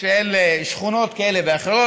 של שכונות כאלה ואחרות,